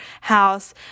House